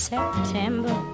September